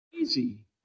Easy